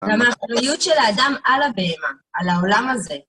לאחריות של האדם על הבהמה, על העולם הזה.